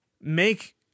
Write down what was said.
make